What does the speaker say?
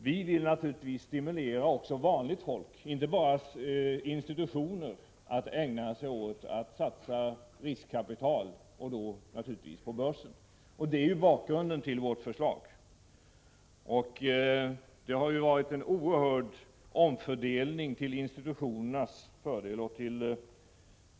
Vi vill självfallet stimulera även vanligt folk, inte bara institutioner, att satsa riskkapital, och då bl.a. på börsen. Det är bakgrunden till vårt förslag. Det har varit en oerhörd omfördelning till institutionernas fördel.